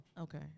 Okay